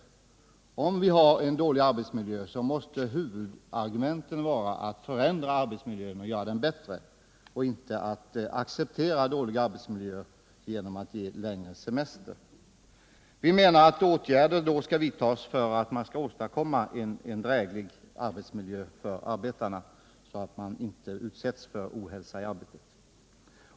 Där det förekommer dålig arbetsmiljö måste huvudargumentet för att bekämpa det förhållandet vara att förändra arbetsmiljön och göra den bättre — inte att acceptera en dålig arbetsmiljö genom att ge längre semester. Vi menar att åtgärder i sådana fall skall vidtas för att åstadkomma en drägligare arbetsmiljö för arbetarna, så att de inte utsätts för ohälsa i arbetet.